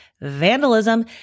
vandalism